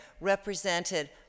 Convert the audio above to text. represented